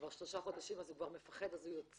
כבר שלושה חודשים אז הוא כבר מפחד והוא יוצא,